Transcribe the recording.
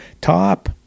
top